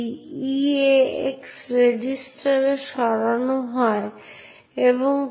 আপনি কোনও access control পরীক্ষা ছাড়াই সেই ফাইলটি পড়তে এবং লিখতে পারেন